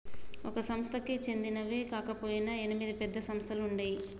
ఒక సంస్థకి చెందినవి కాకపొయినా ఎనిమిది పెద్ద సంస్థలుగా ఉండేయ్యి